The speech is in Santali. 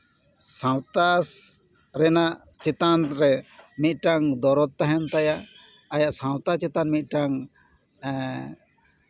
ᱥᱟᱶᱛᱟ ᱨᱮᱱᱟᱜ ᱪᱮᱛᱟᱱ ᱨᱮ ᱢᱤᱫᱴᱟᱝ ᱫᱚᱨᱚᱫ ᱛᱟᱦᱮᱱ ᱛᱟᱭᱟ ᱟᱭᱟᱜ ᱥᱟᱶᱛᱟ ᱪᱮᱛᱟᱱ ᱟᱭᱟᱜ ᱢᱤᱫᱴᱮᱝ